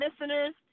listeners